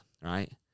right